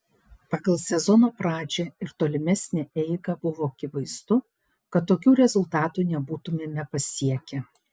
pagal sezono pradžią ir tolimesnę eigą buvo akivaizdu kad tokių rezultatų nebūtumėme pasiekę